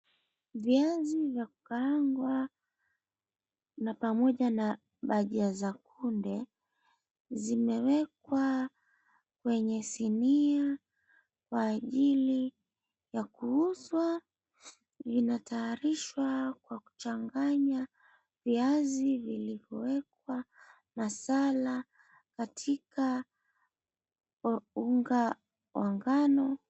Viazi vya kukaangwa na pamoja na bajia za kunde zimewekwa kwenye sinia kwa ajili ya kuuzwa. Vinatayarishwa kwa kuchanganya viazi vilivyowekwa masala katika unga wa ngano.